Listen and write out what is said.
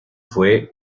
fue